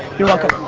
you're welcome.